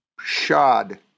Shod